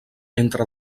entre